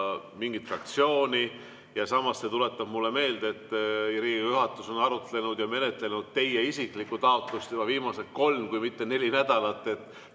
mingit fraktsiooni. Samas see tuletab mulle meelde, et Riigikogu juhatus on arutanud ja menetlenud teie isiklikku taotlust juba viimased kolm, kui mitte neli nädalat,